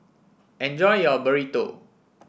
enjoy your Burrito